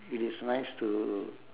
it is nice to